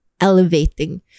elevating